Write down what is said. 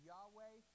Yahweh